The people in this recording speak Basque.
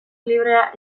librea